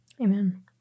Amen